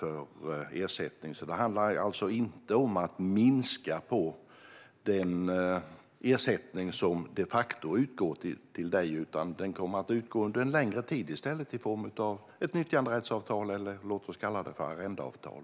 Det handlar alltså inte om att minska den ersättning som de facto utgår till dig, utan den kommer att utgå under en längre tid i stället i form av ett nyttjanderättsavtal, som vi kan kalla arrendeavtal.